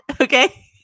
Okay